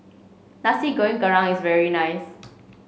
Nasi Goreng Gerang is very nice